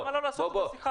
אף אחד לא נכנס לתוכן השיחה.